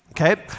okay